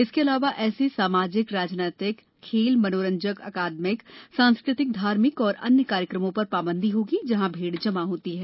इसके अलावा ऐसे सामाजिक राजनीतिक खेल मनोरंजन अकादमिक सांस्कृतिक धार्मिक और अन्य कार्यक्रमों पर पाबंदी होगी जहां भीड़ जमा होती है